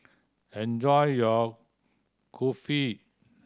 enjoy your Kulfi